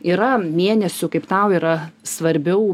yra mėnesių kaip tau yra svarbiau